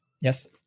yes